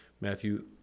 Matthew